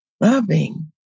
Loving